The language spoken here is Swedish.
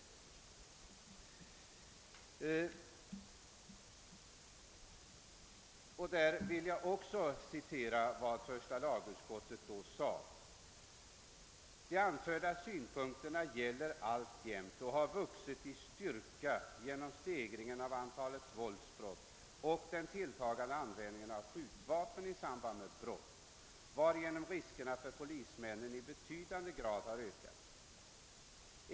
Även här vill jag citera vad första lagutskottet uttalade: >De anförda synpunkterna gäller alltjämt och har vuxit i styrka genom stegringen av antalet våldsbrott och den tilltagande användningen av skjutvapen i samband med brott, varigenom riskerna för polismännen i betydande grad har ökats.